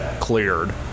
cleared